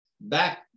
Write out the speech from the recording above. back